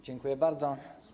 Dziękuję bardzo.